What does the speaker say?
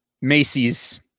Macy's